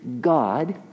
God